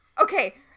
okay